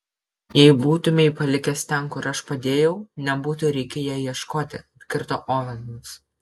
jei būtumei palikęs ten kur aš padėjau nebūtų reikėję ieškoti atkirto ovenas